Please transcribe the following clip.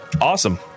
awesome